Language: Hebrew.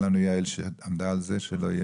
הרבה.